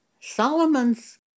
Solomon's